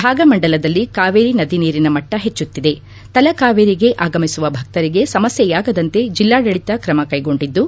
ಭಾಗಮಂಡಲದಲ್ಲಿ ಕಾವೇರಿ ನದಿ ನೀರಿನ ಮಟ್ಟ ಹೆಚ್ಚುತ್ತಿದೆ ತಲಕಾವೇರಿಗೆ ಆಗಮಿಸುವ ಭಕ್ತರಿಗೆ ಸಮಸ್ಥೆಯಾಗದಂತೆ ಜಿಲ್ಲಾಡಳಿತ ಕ್ರಮ ಕೈಗೊಂಡಿದ್ದು